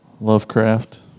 Lovecraft